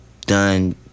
done